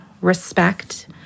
Respect